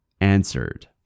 answered